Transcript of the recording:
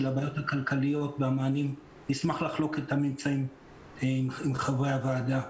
הבעיות הכלכליות והמענים עם חברי הוועדה.